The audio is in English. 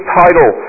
title